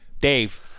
Dave